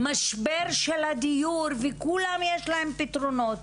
משבר הדיור ולכולם יש פתרונות,